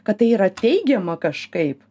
kad tai yra teigiama kažkaip